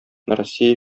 россия